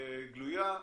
גלויה,